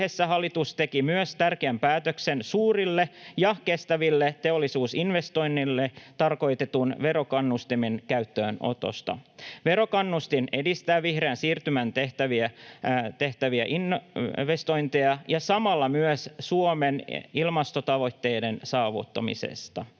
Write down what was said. Kehysriihessä hallitus teki myös tärkeän päätöksen suurille ja kestäville teollisuusinvestoinneille tarkoitetun verokannustimen käyttöönotosta. Verokannustin edistää vihreään siirtymään tehtäviä investointeja ja samalla myös Suomen ilmastotavoitteiden saavuttamista.